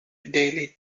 daily